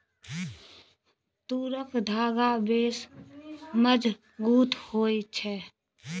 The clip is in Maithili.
तूरक धागा बेस मजगुत होए छै